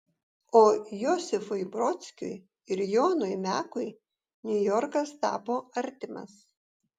o josifui brodskiui ir jonui mekui niujorkas tapo artimas